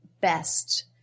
best